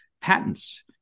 patents